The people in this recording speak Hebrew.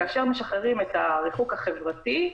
כאשר משחררים את הריחוק החברתי,